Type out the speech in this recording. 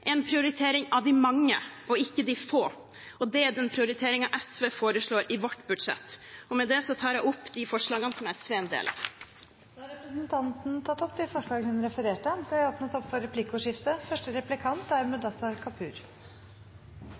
en prioritering av de mange og ikke de få. Det er den prioriteringen SV foreslår i sitt budsjett. Med dette tar jeg opp de forslagene SV er en del av, eller som vi har lagt fram alene. Representanten Kari Elisabeth Kaski har tatt opp de forslagene hun refererte til. Det